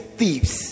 thieves